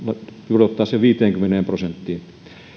pudottaa sen viiteenkymmeneen prosenttiin